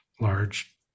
large